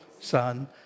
son